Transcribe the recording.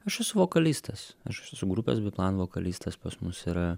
aš esu vokalistas aš esu grupės biplan vokalistas pas mus yra